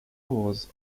was